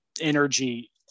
energy